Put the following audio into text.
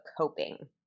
coping